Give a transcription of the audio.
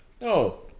No